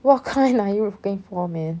what kind are you looking for man